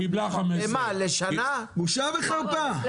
בושה וחרפה.